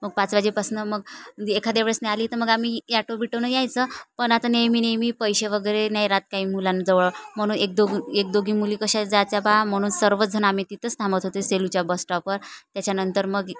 मग पाच वाजेपासून मग एखाद्या वेळेस नाही आली तर मग आम्ही ॲटो बिटोनं यायचं पण आता नेहमी नेहमी पैसे वगैरे नाही राहत काही मुलांजवळ म्हणून एक दोघ एक दोघी मुली कशा जायच्या बा म्हणून सर्व जण आम्ही तिथंच थांबत होते सेलूच्या बस स्टॉपवर त्याच्यानंतर मग